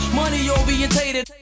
money-orientated